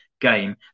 game